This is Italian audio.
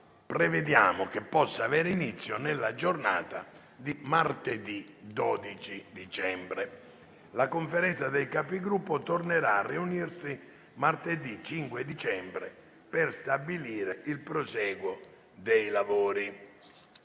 Stato possa avere inizio nella giornata di martedì 12 dicembre. La Conferenza dei Capigruppo tornerà a riunirsi martedì 5 dicembre per stabilire il prosieguo dei lavori.